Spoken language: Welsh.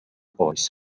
oes